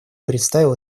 представил